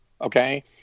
Okay